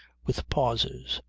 with pauses,